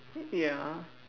ya